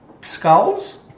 skulls